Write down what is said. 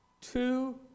Two